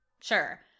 sure